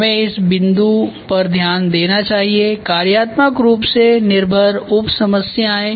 हमें इस बिंदु पर ध्यान देना चाहिएकार्यात्मक रूप से निर्भर उप समस्याएं